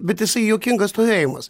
bet jisai juokingas stovėjimas